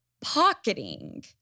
pocketing